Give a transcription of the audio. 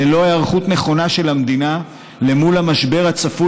ללא היערכות נכונה של המדינה מול המשבר הצפוי